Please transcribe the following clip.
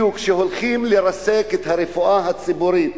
בדיוק, שהולכים לרסק את הרפואה הציבורית.